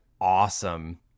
awesome